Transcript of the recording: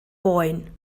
boen